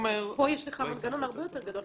פה יש לך מנגנון הרבה יותר גדול.